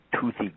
toothy